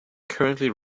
currently